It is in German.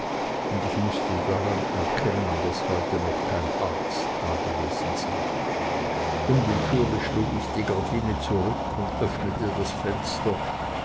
und ich mußte daran erkennen daß heute noch kein arzt dagewesen sei unwillkürlich schlug ich die gardine zurück und öffnete das fenster